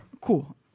Cool